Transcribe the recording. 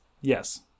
yes